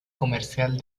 comercial